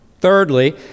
Thirdly